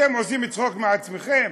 אתם עושים צחוק מעצמכם?